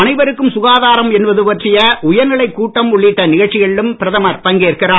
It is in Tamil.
அனைவருக்கும் சுகாதாரம் என்பது பற்றிய உயர்நிலைக் கூட்டம் உள்ளிட்ட நிகழ்ச்சிகளிலும் பிரதமர் பங்கேற்கிறார்